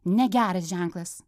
negeras ženklas